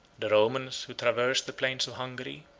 the romans, who traversed the plains of hungary,